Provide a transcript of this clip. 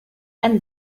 and